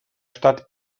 stadt